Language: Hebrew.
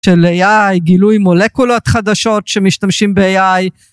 של AI, גילוי מולקולות חדשות שמשתמשים ב-AI.